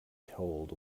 told